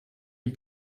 die